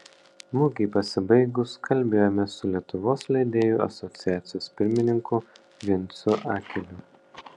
mugei pasibaigus kalbėjomės su lietuvos leidėjų asociacijos pirmininku vincu akeliu